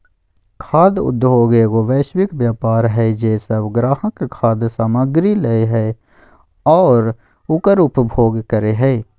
खाद्य उद्योगएगो वैश्विक व्यापार हइ जे सब ग्राहक खाद्य सामग्री लय हइ और उकर उपभोग करे हइ